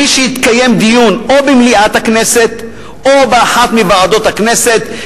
שחלף לו בלי שהתקיים דיון במליאת הכנסת או באחת מוועדות הכנסת,